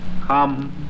Come